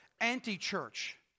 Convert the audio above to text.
anti-church